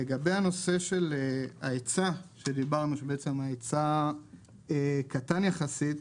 לגבי הנושא של ההיצע שדיברנו, שההיצע קטן יחסית,